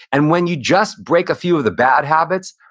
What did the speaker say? and when you just break a few of the bad habits,